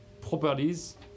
properties